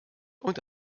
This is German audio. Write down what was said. und